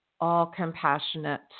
all-compassionate